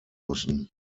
müssen